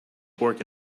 pork